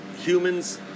Humans